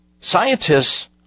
scientists